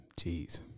Jeez